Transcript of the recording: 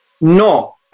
No